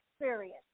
experience